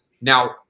Now